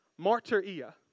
martyria